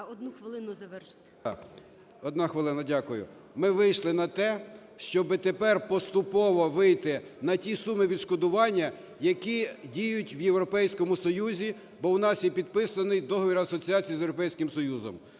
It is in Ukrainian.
ДОВБЕНКО М.В. Так, одна хвилина, дякую. Ми вийшли на те, щоби тепер поступово вийти на ті суми відшкодування, які діють в Європейському Союзі, бо в нас є підписаний договір асоціації з Європейським Союзом.